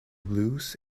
blues